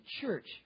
church